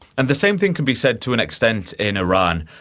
and the same thing can be said to an extent in iran,